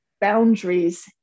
boundaries